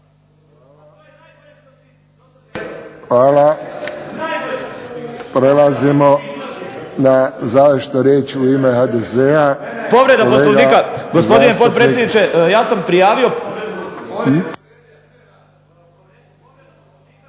Hvala. Prelazimo na završnu riječ u ime HDZ-a